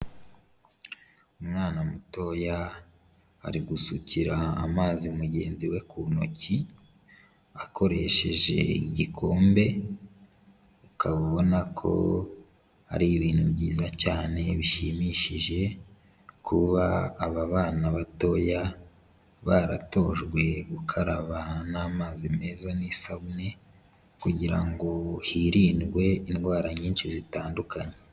Umwana mutoya ari gusukira amazi mugenzi we ku ntoki akoresheje igikombe, ukaba ubona ko ari ibintu byiza cyane bishimishije kuba aba bana batoya baratojwe gukaraba n'amazi meza n'isabune kugira ngo hirindwe indwara nyinshi zitandukanye.